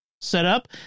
setup